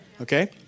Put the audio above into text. Okay